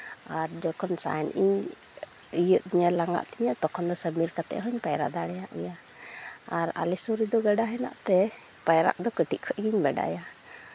ᱟᱨ ᱡᱚᱠᱷᱚᱱ ᱥᱟᱦᱮᱸᱫ ᱤᱧ ᱤᱭᱟᱹᱜ ᱛᱤᱧᱟ ᱞᱟᱸᱜᱟᱜ ᱛᱤᱧᱟᱹ ᱛᱚᱠᱷᱚᱱ ᱫᱚ ᱠᱟᱛᱮᱜ ᱦᱚᱸᱧ ᱯᱟᱭᱨᱟ ᱫᱟᱲᱮᱭᱟᱜ ᱜᱮᱭᱟ ᱟᱨ ᱟᱞᱮ ᱥᱩᱨ ᱨᱮᱫᱚ ᱜᱟᱰᱟ ᱦᱮᱱᱟᱜ ᱛᱮ ᱯᱟᱭᱨᱟᱜ ᱫᱚ ᱠᱟᱹᱴᱤᱡ ᱠᱷᱚᱡ ᱜᱤᱧ ᱵᱟᱰᱟᱭᱟ